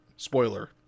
Spoiler